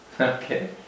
Okay